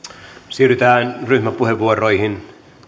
siirrytään ryhmäpuheenvuoroihin